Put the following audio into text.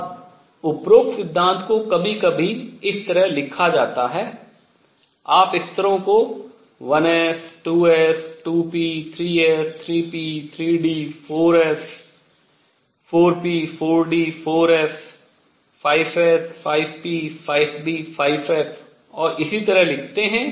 अब उपरोक्त सिद्धांत को कभी कभी इस तरह लिखा जाता है आप स्तरों को 1 s 2 s 2 p 3 s 3 p 3 d 4 s 4 p 4 d 4 f 5 s 5 p 5 d 5 f और इसी तरह लिखते हैं